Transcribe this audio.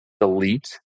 delete